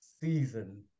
season